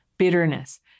bitterness